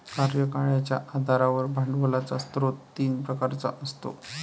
कार्यकाळाच्या आधारावर भांडवलाचा स्रोत तीन प्रकारचा असतो